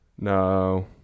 No